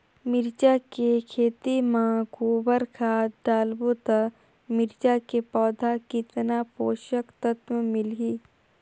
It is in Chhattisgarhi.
मिरचा के खेती मां गोबर खाद डालबो ता मिरचा के पौधा कितन पोषक तत्व मिलही?